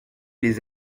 les